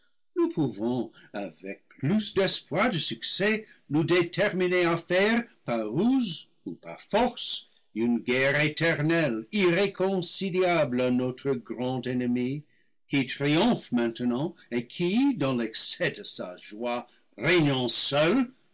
nous pouvons avec plus d'espoir de succès nous déterminer à faire par ruse ou par force une guerre éternelle irréconciliable à notre grand ennemi qui triomphe maintenant et qui dans l'excès de sa joie régnant seul